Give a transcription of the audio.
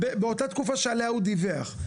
באותה תקופה שעליה הוא דיווח.